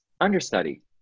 understudy